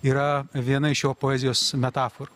yra viena iš jo poezijos metaforų